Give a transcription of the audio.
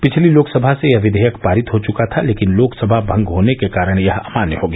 पिछली लोकसभा से यह विधेयक पारित हो चुका था लेकिन लोकसभा भंग होने के कारण यह अमान्य हो गया